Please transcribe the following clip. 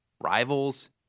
rivals